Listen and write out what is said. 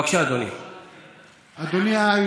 בבקשה, אדוני.